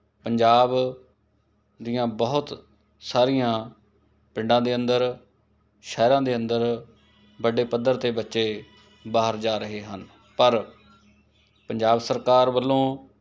ਪੰਜਾਬ ਦੀਆਂ ਬਹੁਤ ਸਾਰੀਆਂ ਪਿੰਡਾਂ ਦੇ ਅੰਦਰ ਸ਼ਹਿਰਾਂ ਦੇ ਅੰਦਰ ਵੱਡੇ ਪੱਧਰ 'ਤੇ ਬੱਚੇ ਬਾਹਰ ਜਾ ਰਹੇ ਹਨ ਪਰ ਪੰਜਾਬ ਸਰਕਾਰ ਵੱਲੋਂ